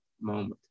moment